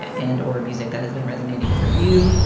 and or music that has been resonating for you.